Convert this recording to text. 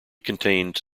contained